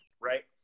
right